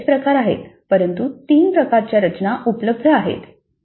तेथे बरेच प्रकार आहेत परंतु तीन प्रकारच्या रचना उपलब्ध आहेत